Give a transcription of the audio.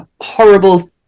horrible